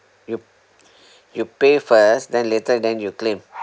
you you pay first then later then you claim